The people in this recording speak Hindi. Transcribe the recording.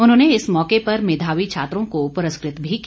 उन्होंने इस मौके पर मेधावी छात्रों को पुरस्कृत भी किया